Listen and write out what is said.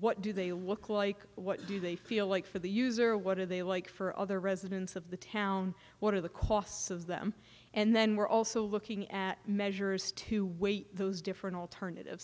what do they look like what do they feel like for the user what are they like for other residents of the town what are the costs of them and then we're also looking at measures to weight those different alternative